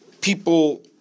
people